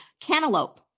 Cantaloupe